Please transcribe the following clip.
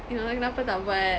you know like kenapa tak buat